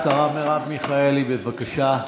השרה מרב מיכאלי, בבקשה.